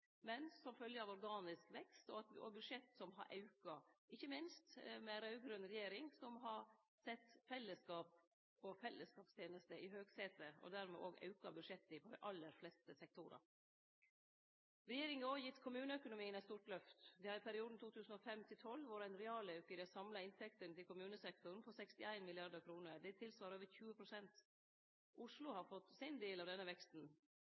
som følgje av organisk vekst og budsjett som har auka – ikkje minst med raud-grøn regjering, som har sett fellesskap og fellesskapstenester i høgsetet, og dermed òg auka budsjettet i dei aller fleste sektorar. Regjeringa har gitt kommuneøkonomien eit stort løft. Det har i perioden 2005–2012 vore ein realauke i dei samla inntektene til kommunesektoren på 61 mrd. kr. – tilsvarande over 20 pst. Oslo har fått sin del av denne veksten.